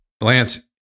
Lance